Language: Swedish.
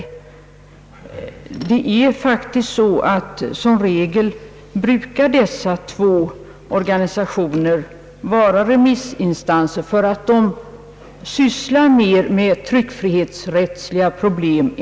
Som regel är faktiskt dessa två organisationer remissinstanser i sådana här sammanhang, därför att de mer än Publicistklubben sysslar med tryckfrihetsrättsliga problem.